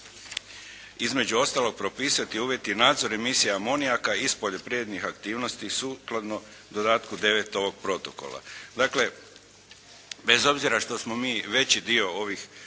između ostalog propisati uvjet i nadzor emisija amonijaka iz poljoprivrednih aktivnosti sukladno dodatku IX. ovog protokola.